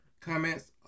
comments